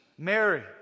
Mary